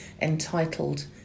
entitled